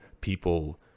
people